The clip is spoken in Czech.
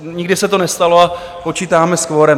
nikdy se to nestalo a počítáme s kvorem.